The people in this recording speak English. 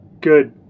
good